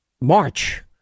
March